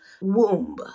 womb